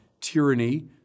tyranny